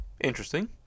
Interesting